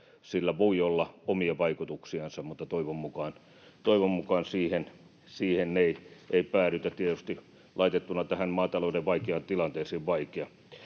Sillä voi olla omia vaikutuksiansa, mutta toivon mukaan siihen ei päädytä. Tietysti laitettuna tähän maatalouden vaikeaan tilanteeseen huoli on vaikea.